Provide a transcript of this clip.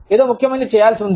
ఏదో ముఖ్యమైనది చేయాల్సి ఉంది